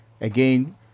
again